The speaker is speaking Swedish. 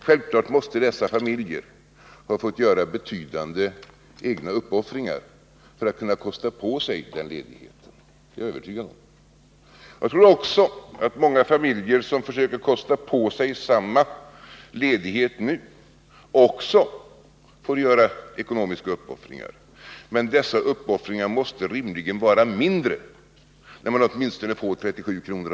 Självfallet måste deras familjer ha fått göra betydande egna uppoffringar för att de skulle kunna ta ut denna ledighet. Jag tror också att många familjer som försöker kosta på sig samma ledighet nu, får göra ekonomiska uppoffringar, men dessa måste rimligen vara mindre när man åtminstone får 37 kr.